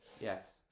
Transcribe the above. Yes